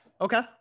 okay